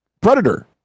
predator